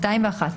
201,